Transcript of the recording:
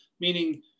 Meaning